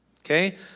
Okay